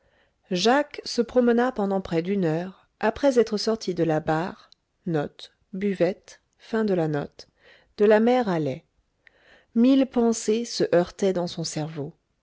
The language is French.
jacques se promena pendant près d'une heure après être sorti de la bar de la mère halley mille pensées se heurtaient dans son cerveau